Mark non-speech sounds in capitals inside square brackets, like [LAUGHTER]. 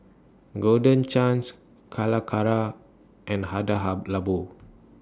Golden Chance Calacara and Hada [UNINTELLIGIBLE] Labo